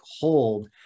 hold